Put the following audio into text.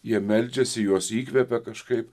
jie meldžiasi juos įkvepia kažkaip